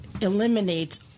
eliminates